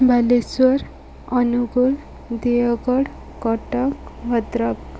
Balasore Angul Deogarh Cuttack Bhadrak